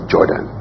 Jordan